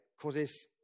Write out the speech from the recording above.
causes